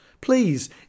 Please